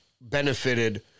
benefited